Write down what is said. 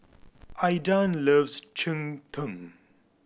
Aydan loves cheng tng